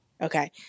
Okay